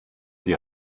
die